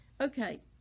Okay